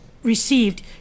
Received